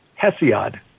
Hesiod